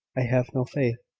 i have no faith,